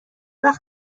وقت